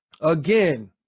Again